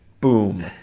boom